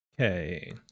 Okay